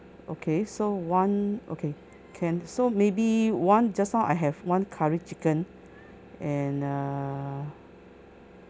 okay so one okay can so maybe one just now I have one curry chicken and err